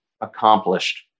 accomplished